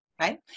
right